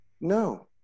No